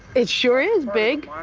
it sure is big.